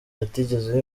atigeze